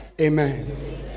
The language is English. Amen